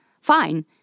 Fine